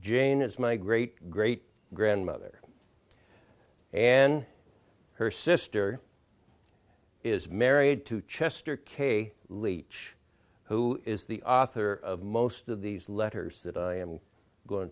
janus my great great grandmother and her sister is married to chester k leach who is the author of most of these letters that i am going